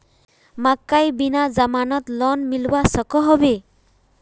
मकईर बिना जमानत लोन मिलवा सकोहो होबे?